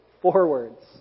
forwards